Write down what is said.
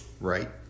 Right